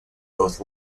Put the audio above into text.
both